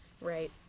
right